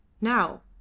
Now